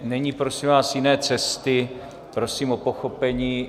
Není prosím vás jiné cesty, prosím o pochopení.